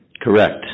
correct